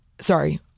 sorry